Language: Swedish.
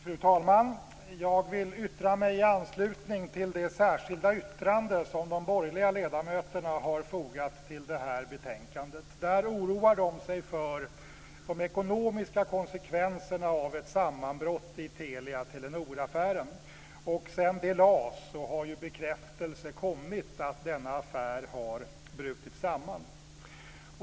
Fru talman! Jag vill ta till orda i anslutning till det särskilda yttrande som de borgerliga ledamöterna har fogat till det här betänkandet. De oroar sig där för de ekonomiska konsekvenserna av ett sammanbrott i Telia-Telenor-affären. Sedan det särskilda yttrandet lades fram har bekräftelse kommit att denna affär har brutit samman.